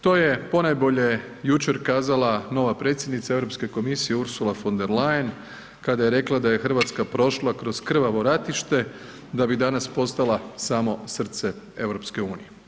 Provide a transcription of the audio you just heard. To je ponajbolje jučer kazala nova predsjednica Europske komisije Ursula von der Leyen kada je rekla da je RH prošla kroz krvavo ratište da bi danas postala samo srce EU.